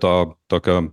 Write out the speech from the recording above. to tokio